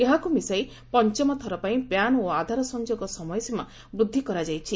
ଏହାକୁ ମିଶାଇ ପଞ୍ଚମ ଥର ପାଇଁ ପ୍ୟାନ ଓ ଆଧାର ସଂଯୋଗ ସମୟସୀମା ବୃଦ୍ଧି କରାଯାଇଛି